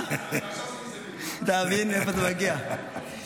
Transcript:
זה שני חוקים,